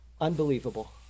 Unbelievable